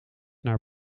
naar